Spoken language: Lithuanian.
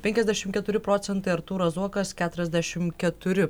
penkiasdešimt keturi procentai artūras zuokas keturiasdešimt keturi